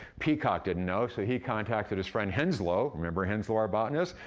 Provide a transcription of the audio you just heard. peacock didn't know, so he contacted his friend henslow remember, henslow our botanist?